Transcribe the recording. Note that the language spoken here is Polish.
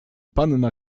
panna